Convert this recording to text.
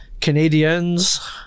Canadians